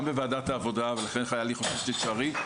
גם בוועדת העבודה ולכן היה לי חשוב שתישארי דבי.